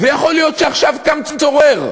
יכול להיות שעכשיו קם צורר.